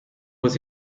was